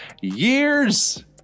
years